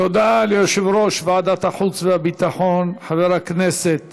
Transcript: תודה ליושב-ראש ועדת החוץ והביטחון, חבר הכנסת